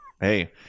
Hey